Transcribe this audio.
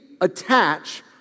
attach